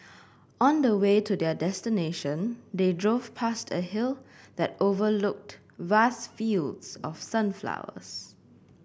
on the way to their destination they drove past a hill that overlooked vast fields of sunflowers